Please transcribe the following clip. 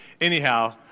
Anyhow